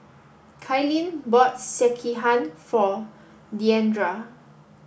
Kailyn bought Sekihan for Diandra